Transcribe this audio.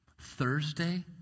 Thursday